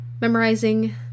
memorizing